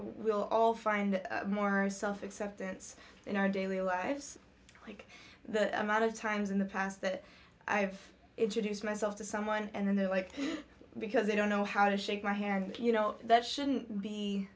will all find more self acceptance in our daily lives the amount of times in the past that i have introduced myself to someone and in their life because they don't know how to shake my hand you know that shouldn't be